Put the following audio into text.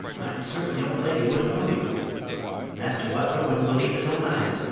i am certain the old lady wouldn't know you master butler wouldn't believe his own eyes,